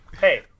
Hey